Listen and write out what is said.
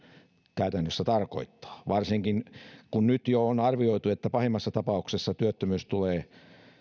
käytännössä tarkoittaa varsinkin kun nyt jo on arvioitu että pahimmassa tapauksessa työttömyys tulee